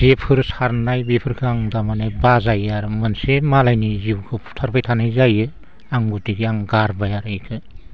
जेफोर सारनाय बेफोरखो आं थारमाने बाजायो आरो मोनसे मालायनि जिउखौ बुथारबाय थानाय जायो आं गतिके आं गारबाय आरो इखो